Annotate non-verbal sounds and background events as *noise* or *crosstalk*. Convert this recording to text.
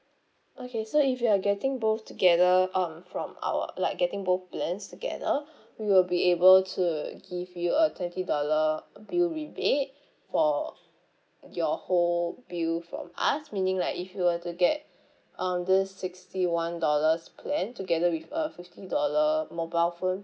okay so if you are getting both together um from our like getting both plans together *breath* we will be able to give you a twenty dollar bill rebate for your whole bill from us meaning like if you were to get *breath* um this sixty one dollars plan together with a fifty dollar mobile phone